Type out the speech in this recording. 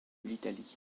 l’italie